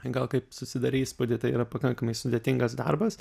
gal kaip susidarei įspūdį tai yra pakankamai sudėtingas darbas